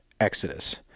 Exodus